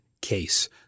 case